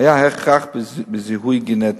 היה הכרח בזיהוי גנטי.